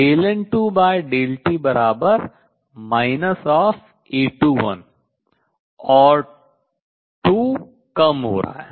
क्योंकि N2t A21 और 2 कम हो रहा है